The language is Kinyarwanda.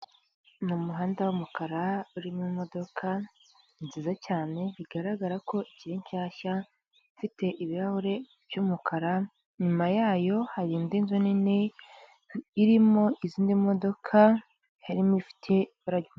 Mu muhanda w'umukara uri mu modoka nziza cyane bigaragara ko igihe nshyashya, ifite ibirahuri by'umukara inyuma yayo hari indi nzu nini irimo izindi modoka harimo ifite.